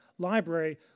library